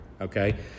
okay